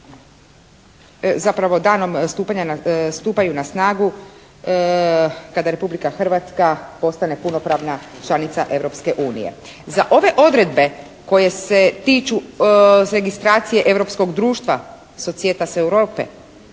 zapravo danom, stupaju na snagu kada Republika Hrvatska postane punopravna članica Europske unije. Za ove odredbe koje se tiču registracije europskog društva «Societas Europe»